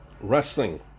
wrestling